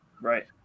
Right